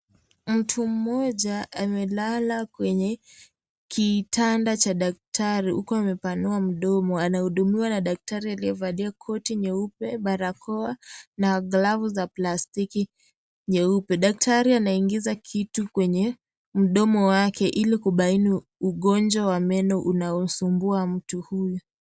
Mtu mmoja amelala kwenye kitanda cha daktari huku amepanua mkono, anahudumiwa na daktari aliyevalia koti nyeupe, barakoa na glavu za plastiki nyeupe, daktari anaingiza kitu kwenye mdomo wake ili kubaini ugonjwa wa meno unaosumbua mtu huyu.